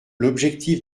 l’objectif